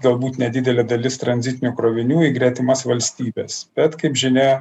galbūt nedidelė dalis tranzitinių krovinių į gretimas valstybes bet kaip žinia